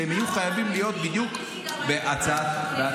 והם יהיו חייבים להיות בדיוק בהצעת החוק.